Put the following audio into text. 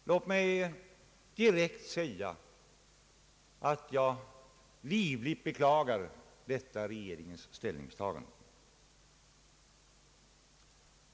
Låt mig direkt säga att jag livligt beklagar detta regeringens ställningstagande.